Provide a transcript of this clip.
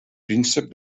príncep